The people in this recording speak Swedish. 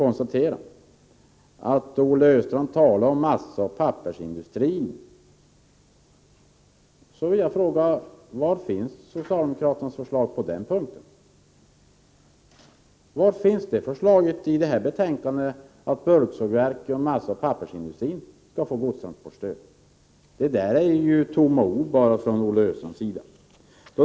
Olle Östrand talade om massaoch pappersindustrin. Jag vill fråga: Var i detta betänkande finns socialdemokraternas förslag att bulksågverk och massaoch pappersindustrin skall få godstransportstöd? Det är bara tomma ord från Olle Östrands sida.